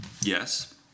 Yes